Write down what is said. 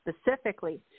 specifically